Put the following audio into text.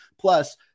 Plus